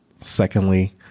Secondly